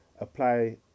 apply